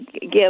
give